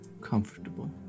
comfortable